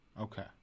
Okay